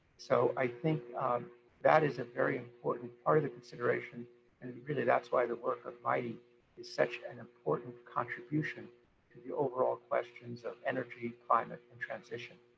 so i think that is a very important part of the consideration and really that's why the work of mitei is such an important contribution to the overall questions of energy, climate, and transition.